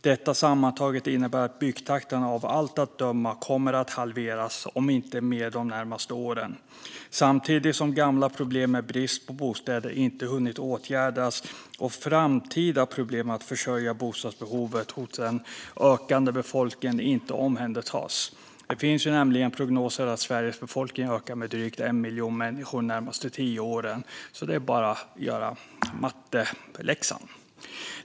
Detta sammantaget innebär att byggtakten av allt att döma kommer att halveras, om inte mer, de närmaste åren samtidigt som gamla problem med brist på bostäder inte hunnit åtgärdas och framtida problem att försörja bostadsbehovet hos den ökande befolkningen inte omhändertas. Det finns nämligen prognoser att Sveriges befolkning kommer att öka med drygt 1 miljon människor de närmaste tio åren. Det är bara att göra matteläxan.